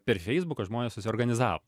per feisbuką žmonės susiorganizavo